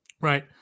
right